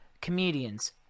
comedians